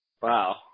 Wow